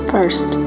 First